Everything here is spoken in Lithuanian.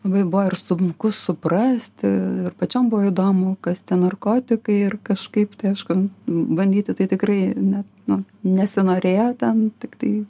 labai buvo ir sunku suprasti ir pačiom buvo įdomu kas tie narkotikai ir kažkaip tai aišku bandyti tai tikrai ne nu nesinorėjo ten tiktai